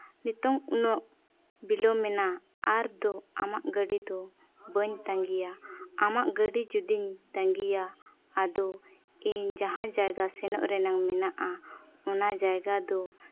ᱱᱤᱛᱚᱜ ᱩᱱᱟᱹᱜ ᱵᱤᱞᱚᱢ ᱮᱱᱟ ᱟᱨ ᱫᱚ ᱟᱢᱟᱜ ᱜᱟᱹᱰᱤ ᱫᱚ ᱵᱟᱹᱧ ᱛᱟᱺᱜᱤᱭᱟ ᱟᱢᱟᱜ ᱜᱟᱹᱰᱤ ᱡᱩᱫᱤᱧ ᱵᱟᱺᱜᱤᱭᱟ ᱟᱫᱚ ᱤᱧ ᱡᱟᱦᱟᱸ ᱡᱟᱭᱜᱟ ᱥᱮᱱᱚᱜ ᱨᱮᱱᱟᱜ ᱢᱮᱱᱟᱜᱼᱟ ᱚᱱᱟ ᱡᱟᱭᱜᱟ ᱫᱚ